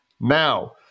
Now